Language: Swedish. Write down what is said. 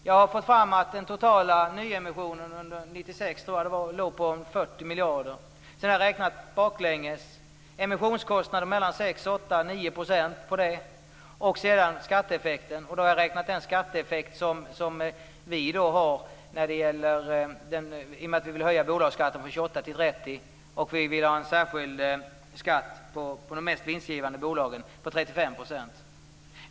Jag har fått fram att den totala nyemissionen - jag tror att det gällde 1996 - uppgick till ca 40 miljarder och har sedan räknat baklänges. Emissionskostnaden för detta uppgick till mellan 6 och 9 %. Vidare har jag räknat med skatteeffekten av vårt förslag om höjning av bolagsskatten från 28 till 30 % och om en särskild 35-procentig skatt på de mest vinstgivande bolagen.